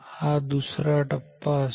हा दुसरा टप्पा असेल